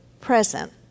present